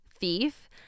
thief